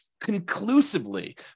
conclusively